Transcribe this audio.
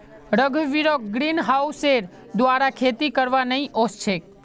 रघुवीरक ग्रीनहाउसेर द्वारा खेती करवा नइ ओस छेक